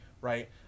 right